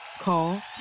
Call